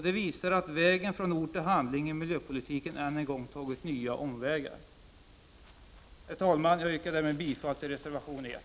Det visar att man när man skall gå från ord till handling i miljöpolitiken än en gång har tagit nya omvägar. Herr talman! Jag yrkar därmed bifall till reservation 1.